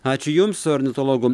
ačiū jums ornitologų